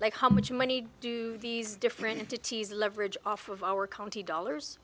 like how much money do these different entities leverage off of our county dollars